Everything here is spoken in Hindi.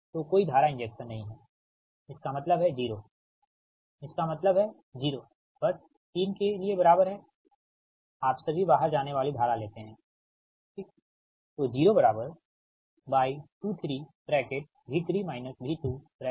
तो कोई धारा इंजेक्शन नहीं है इसका मतलब है 0 ठीकइसका मतलब है 0 बस 3 के लिए बराबर है आप सभी बाहर जाने वाली धारा लेते हैंठीक